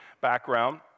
background